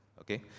okay